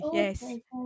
yes